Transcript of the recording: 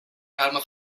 calma